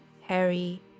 Harry